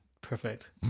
Perfect